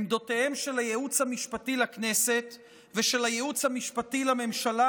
עמדותיהם של הייעוץ המשפטי לכנסת ושל הייעוץ המשפטי לממשלה,